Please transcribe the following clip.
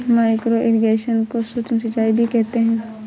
micro irrigation को सूक्ष्म सिंचाई भी कहते हैं